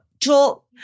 Joel